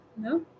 No